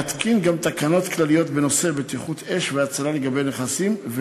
להתקין גם תקנות כלליות בנושא בטיחות אש והצלה לגבי נכסים,